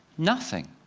nothing.